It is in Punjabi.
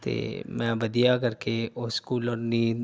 ਅਤੇ ਮੈਂ ਵਧੀਆ ਕਰਕੇ ਉਸ ਕੂਲਰ ਦੀ